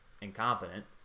incompetent